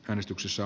äänestyksessä